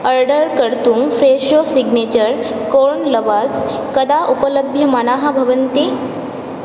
order कर्तुं Fresho signature corn lavash कदा उपलभ्यमानाः भवन्ति